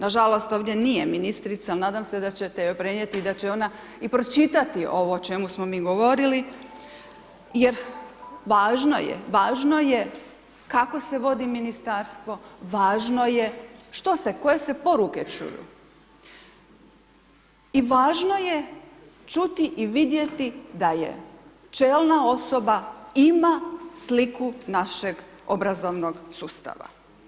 Nažalost, ovdje nije ministrica, nadam se da ćete joj prenijeti, da će ona i pročitati ovo o čemu smo mi i govorili jer važno je kako se vodi Ministarstvo, važno je što se, koje se poruke čuju i važno je čuti i vidjeti da je čelna osoba ima sliku našeg obrazovnog sustava.